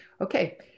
Okay